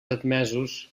admesos